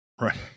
right